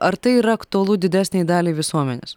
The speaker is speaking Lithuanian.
ar tai yra aktualu didesnei daliai visuomenės